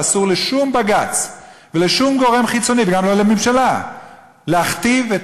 ואסור לשום בג"ץ ולשום גורם חיצוני וגם לא לממשלה להכתיב את